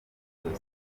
muri